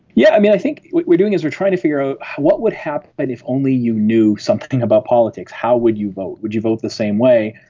yeah i mean, i think what we are doing is we're trying to figure out what would happen but if only you knew something about politics, how would you vote? would you vote the same way?